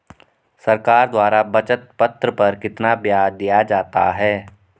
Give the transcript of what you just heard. सरकार द्वारा बचत पत्र पर कितना ब्याज दिया जाता है?